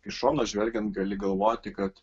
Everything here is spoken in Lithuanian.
iš šono žvelgiant gali galvoti kad